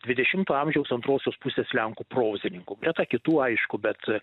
dvidešimto amžiaus antrosios pusės lenkų prozininkų greta kitų aišku bet